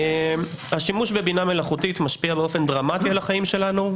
השימוש בבינה מלאכותית משפיע דרמטית על החיים שלנו,